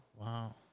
Wow